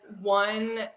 one